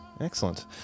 Excellent